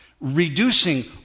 reducing